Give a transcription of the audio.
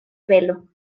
felo